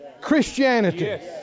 Christianity